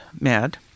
mad